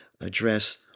address